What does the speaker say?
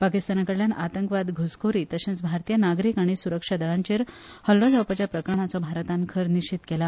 पाकिस्तानकडल्यान आतंकवाद घुसखोरी तशेंच भारतीय नागरिक आनी सुरक्षा दळांचेर हल्लो जावपाच्या प्रकरणांचो भारतान खर निशेध केला